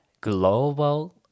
global